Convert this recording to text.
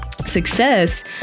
success